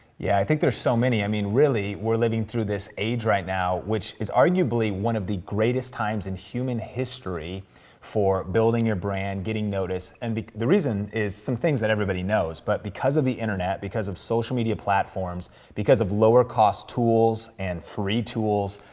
yeah, i think there's so many. i mean, really, we're living through this age right now which is arguably one of the greatest times in human history for building your brand, getting noticed, and the reason is some things that everybody knows. but because of the internet, because of social media platforms, because of lower cost tools and free tools,